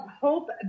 hope